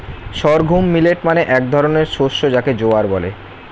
sorghum millet মানে এক ধরনের শস্য যাকে জোয়ার বলে